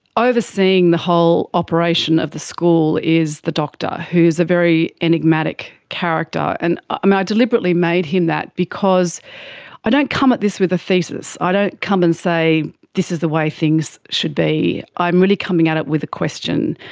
overseeing the whole operation of the school is the doctor who is a very enigmatic character. and um i deliberately made him that because i don't come at this with a thesis, i ah don't come and say this is the way things should be, i'm really coming at it with a question,